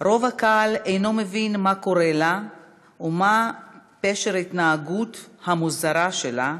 רוב הקהל אינו מבין מה קורה לה ומה פשר ההתנהגות המוזרה שלה,